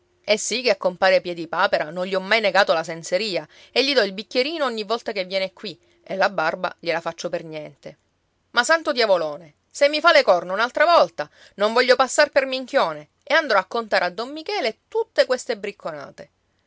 e sì che a compare piedipapera non gli ho mai negato la senseria e gli dò il bicchierino ogni volta che viene qui e la barba gliela faccio per niente ma santo diavolone se mi fa le corna un'altra volta non voglio passar per minchione e andrò a contare a don michele tutte queste bricconate